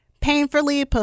Painfully